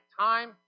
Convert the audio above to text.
time